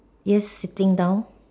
yes sitting down